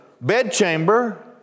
bedchamber